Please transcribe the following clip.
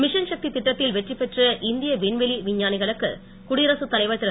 mission Shakti திட்டத்தில் வெற்றிபெற்ற இந்திய விண்வெளி விஞ்ஞானிகளுக்கு குடியரசுத் தலைவர் திரு